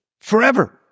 forever